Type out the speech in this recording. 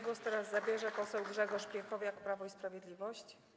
Głos teraz zabierze poseł Grzegorz Piechowiak, Prawo i Sprawiedliwość.